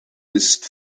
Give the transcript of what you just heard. ist